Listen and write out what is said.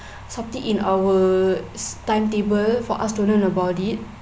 something in our timetable for us to learn about it